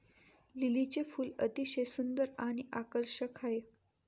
लिलीचे फूल अतिशय सुंदर आणि आकर्षक आहे